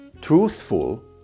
truthful